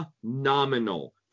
phenomenal